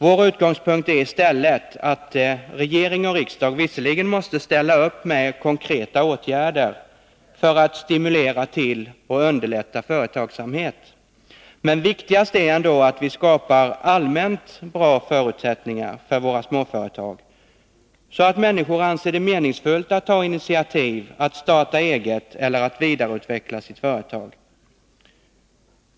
Vår utgångspunkt är i stället att regering och riksdag visserligen måste ställa upp med konkreta åtgärder för att stimulera till och underlätta företagsamhet. Men viktigast är att vi skapar allmänt bra förutsättningar för våra småföretag, så att människor anser det meningsfullt att ta initiativ, starta eget eller vidareutveckla sitt företag.